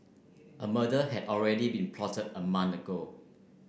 a murder had already been plotted a month ago